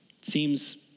Seems